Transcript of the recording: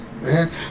man